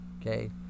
okay